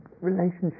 relationship